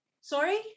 Sorry